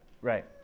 Right